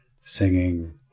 singing